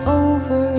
over